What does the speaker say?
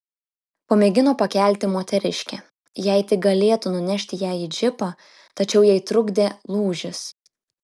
pamėgino pakelti moteriškę jei tik galėtų nunešti ją į džipą tačiau jai trukdė lūžis